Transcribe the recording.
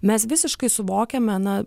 mes visiškai suvokiame na